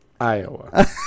Iowa